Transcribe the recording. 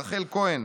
רחל כהן,